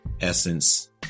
Essence